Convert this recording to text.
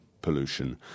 pollution